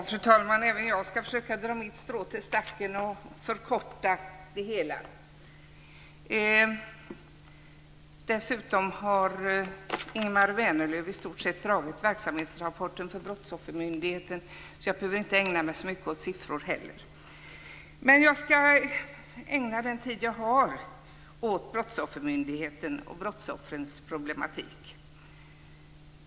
Fru talman! Även jag ska försöka att dra mitt strå till stacken och förkorta mitt anförande. Dessutom har Ingemar Vänerlöv i stort sett dragit verksamhetsrapporten för Brottsoffermyndigheten. Jag behöver därför inte heller ägna mig så mycket åt siffror. Jag kan ägna den talartid jag har åt Brottsoffermyndigheten och brottsoffrens problematik.